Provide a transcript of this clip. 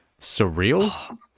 surreal